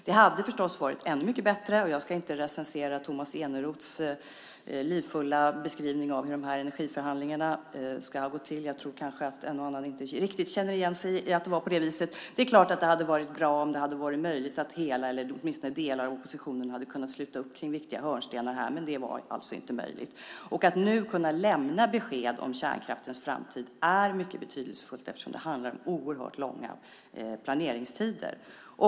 Det hade förstås varit ännu mycket bättre - jag ska inte recensera Tomas Eneroths livfulla beskrivning av hur energiförhandlingarna har gått till, jag tror att en och annan inte riktigt känner igen sig - om det hade varit möjligt om hela eller delar av oppositionen hade kunnat sluta upp runt viktiga hörnstenar, men det var alltså inte möjligt. Att nu lämna besked om kärnkraftens framtid är mycket betydelsefullt eftersom det handlar om oerhört långa planeringstider.